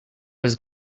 was